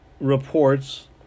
reports